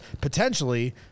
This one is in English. potentially